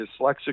dyslexic